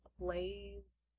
plays